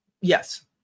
Yes